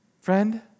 Friend